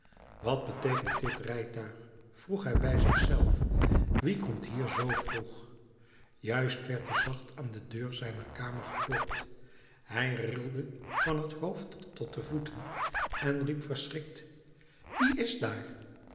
wat beteekent dit rijtuig vroeg hij bij zich zelf wie komt hier zoo vroeg juist werd er zacht aan de deur zijner kamer geklopt hij rilde van het hoofd tot de voeten en riep verschrikt wie is daar